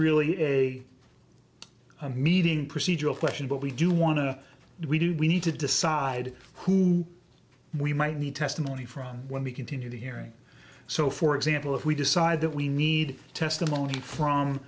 really a meeting procedural question but we do want to we do we need to decide who we might need testimony from when we continue to hearing so for example if we decide that we need testimony from